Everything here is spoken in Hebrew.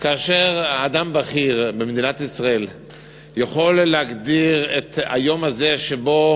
כאשר אדם בכיר במדינת ישראל יכול להגדיר את היום הזה שבו